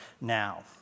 now